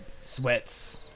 sweats